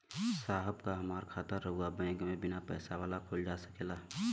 साहब का हमार खाता राऊर बैंक में बीना पैसा वाला खुल जा सकेला?